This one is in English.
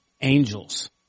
angels